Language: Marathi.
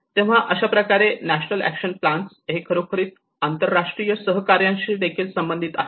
तेव्हा अशाप्रकारे नॅशनल एक्शन प्लॅन्स हे खरोखर आंतरराष्ट्रीय सहकार्याशी देखील संबंधित आहेत